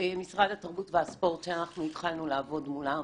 משרד התרבות והספורט, שאנחנו התחלנו לעבוד מולו